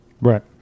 Right